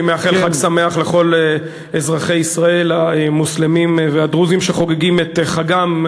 אני מאחל חג שמח לכל אזרחי ישראל המוסלמים והדרוזים שחוגגים את חגם,